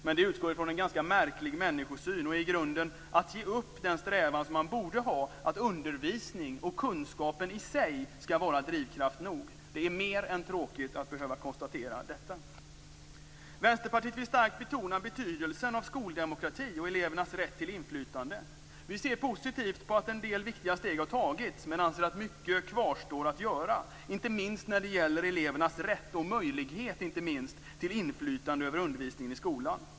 Men det utgår från en ganska märklig människosyn och innebär i grunden att man ger upp den strävan som man borde ha, nämligen att undervisningen och kunskapen i sig skall vara drivkraft nog. Det är mer än tråkigt att behöva konstatera detta. Vänsterpartiet vill starkt betona betydelsen av skoldemokrati och elevernas rätt till inflytande. Vi ser positivt på att en del viktiga steg har tagits men anser att mycket kvarstår att göra, inte minst när det gäller elevernas rätt - och möjlighet - till inflytande över undervisningen i skolan.